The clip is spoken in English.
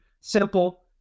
simple